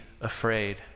afraid